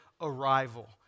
arrival